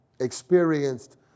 experienced